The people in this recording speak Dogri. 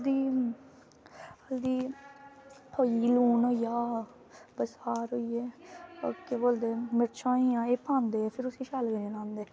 हल्दी हल्दी लून होइया बसार होइये केह् बोलदे मर्चां होइयां एह् पांदे फिरी उसी शैल करिये लांदे